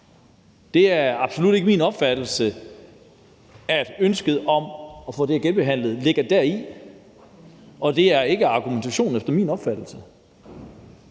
Det er absolut ikke min opfattelse, at ønsket om at få det genbehandlet ligger deri, og den argumentation holder efter min opfattelse